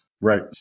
Right